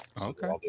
Okay